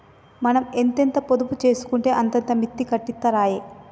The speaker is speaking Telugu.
మనం ఎంతెంత పొదుపు జేసుకుంటే అంతంత మిత్తి కట్టిత్తరాయె